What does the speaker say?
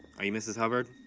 are you mrs hubbard?